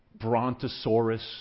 brontosaurus